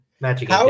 magic